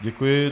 Děkuji.